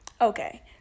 Okay